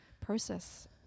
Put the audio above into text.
process